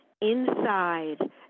inside